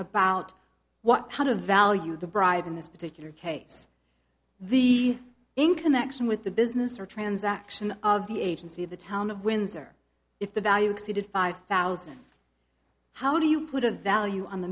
about what how to value the bride in this particular case the in connection with the business or transaction of the agency the town of windsor if the value exceeded five thousand how do you put a value on